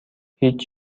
هیچ